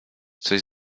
coś